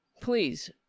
Please